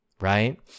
right